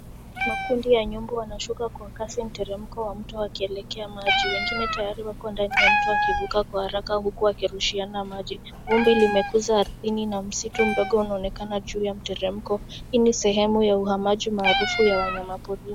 Makundi ya nyumbu wanashuka kwa kasi mteremko wa mto wakielekea majini. Wengine tayari wako ndani ya mto wakivuka kwa haraka huku wakirushiana na maji. Vumbi limegusa ardhini na msitu mdogo unaonekana juu ya mteremko. Hii ni sehemu ya uhamaji maarufu wa wanyama porini.